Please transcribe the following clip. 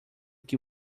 que